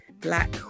black